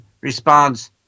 responds